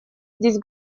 здесь